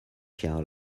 jahre